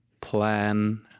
plan